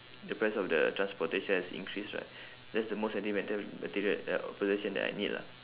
the price of the transportation has increase right that's the most I think mater~ material uh possession that I need lah